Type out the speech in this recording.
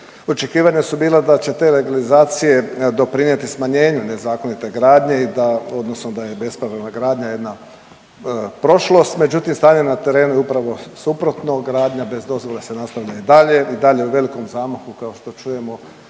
Očekivanja su bila da će te legalizacije doprinijeti smanjenju nezakonite gradnje i da, odnosno da je bespravna gradnja jedna prošlost, međutim, stanje na terenu je upravo suprotno, gradnja bez dozvole se nastavlja i dalje, i dalje u velikom zamahu, kao što čujemo